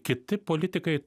kiti politikai